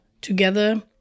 together